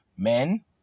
Men